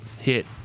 hit